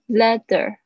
leather